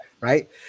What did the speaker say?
right